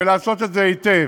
ולעשות את זה היטב.